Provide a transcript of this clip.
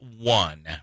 one